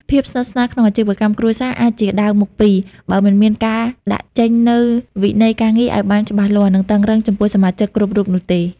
ភាពស្និទ្ធស្នាលក្នុងអាជីវកម្មគ្រួសារអាចជាដាវមុខពីរ បើមិនមានការដាក់ចេញនូវវិន័យការងារឱ្យបានច្បាស់លាស់ និងតឹងរ៉ឹងចំពោះសមាជិកគ្រប់រូបនោះទេ។